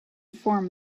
form